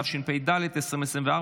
התשפ"ד 2024,